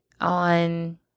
on